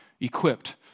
equipped